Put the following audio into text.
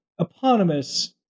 eponymous